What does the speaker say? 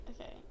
Okay